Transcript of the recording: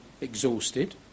exhausted